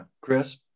Chris